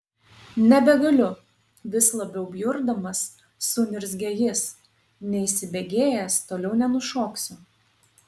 nebegaliu vis labiau bjurdamas suniurzgė jis neįsibėgėjęs toliau nenušoksiu